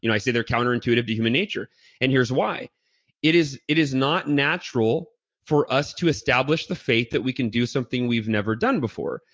you know i say they're counterintuitive to human nature and here's why it is it is not natural for us to establish the faith that we can do something we've never done before.